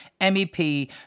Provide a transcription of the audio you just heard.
MEP